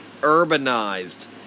urbanized